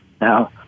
Now